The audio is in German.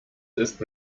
ist